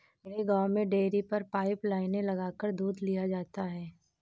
मेरे गांव में डेरी पर पाइप लाइने लगाकर दूध लिया जाता है